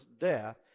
death